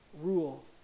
rule